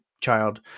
child